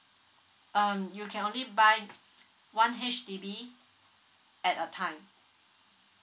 um you can only buy one H_D_B at a time